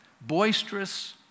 boisterous